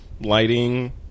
lighting